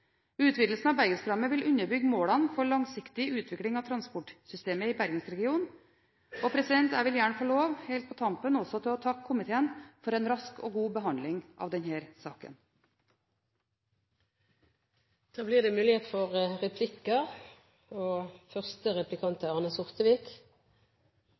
Utvidelsen av Bergensprogrammet vil underbygge målene for langsiktig utvikling av transportsystemet i Bergensregionen. Helt på tampen vil jeg gjerne få takke komiteen for en rask og god behandling av denne saken. Det blir